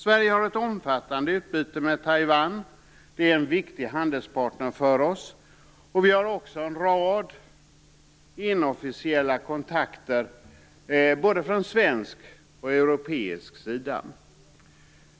Sverige har ett omfattande utbyte med Taiwan. Det är en viktig handelspartner för oss, och vi har också en rad inofficiella kontakter från både svensk och europeisk sida.